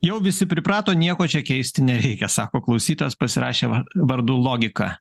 jau visi priprato nieko čia keisti nereikia sako klausytojas pasirašė var vardu logika